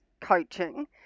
coaching